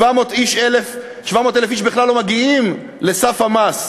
700,000 איש בכלל לא מגיעים לסף המס.